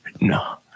No